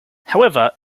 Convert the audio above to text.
however